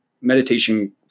meditation